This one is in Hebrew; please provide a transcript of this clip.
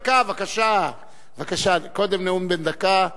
ביקשתי נאום, אה, נאום בן דקה.